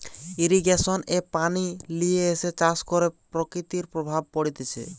irrigation এ পানি লিয়ে এসে চাষ করে প্রকৃতির প্রভাব পড়তিছে